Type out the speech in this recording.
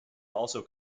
also